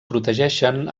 protegeixen